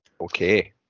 okay